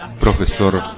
profesor